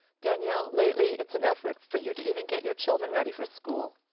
danielle, lately it's an effort for you to even get your children ready for school.